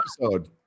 episode